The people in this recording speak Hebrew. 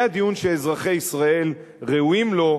זה הדיון שאזרחי ישראל ראויים לו,